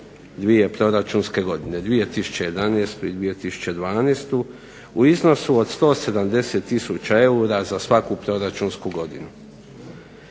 dvije proračunske godine, 2011. i 2012. u iznosu od 170 tisuća eura za svaku proračunsku godinu.